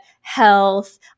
health